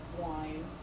wine